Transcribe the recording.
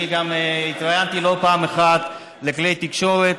אני גם התראיינתי לא פעם אחת לכלי התקשורת.